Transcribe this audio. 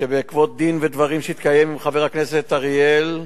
ובעקבות דין ודברים שהתקיים עם חבר הכנסת אריאל,